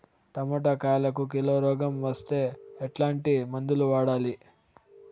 Tomato కాయలకు కిలో రోగం వస్తే ఎట్లాంటి మందులు వాడాలి?